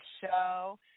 Show